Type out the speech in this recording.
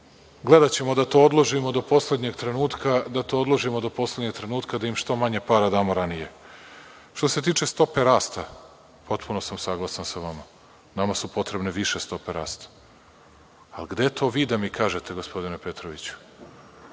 važno. Gledaćemo da to odložimo do poslednjeg trenutka, da im što manje para damo ranije. Što se tiče stope rasta, potpuno sam saglasan sa vama. Nama su potrebne više stope rasta, a gde to vi da mi kažete gospodine Petroviću?(Dušan